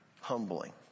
humbling